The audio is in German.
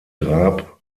grab